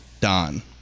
Don